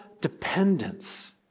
dependence